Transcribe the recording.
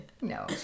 No